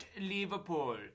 Liverpool